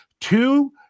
two